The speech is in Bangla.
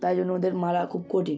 তাই জন্য ওদের মারা খুব কঠিন